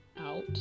out